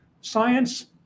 Science